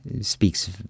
speaks